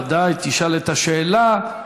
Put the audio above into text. ודאי, תשאל את השאלה.